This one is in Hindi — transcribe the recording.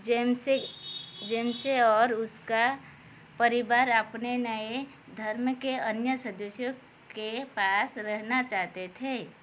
जेम्से जेम्से और उसका परिवार आपने नए धर्म के अन्य सदस्यों के पास रहना चाहते थे